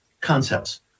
concepts